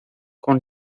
con